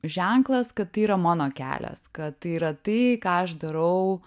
ženklas kad tai yra mano kelias kad tai yra tai ką aš darau